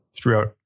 throughout